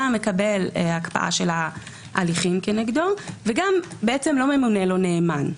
מקבל הקפאה של ההליכים נגדו וגם לא ממונה לו נאמן.